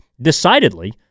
decidedly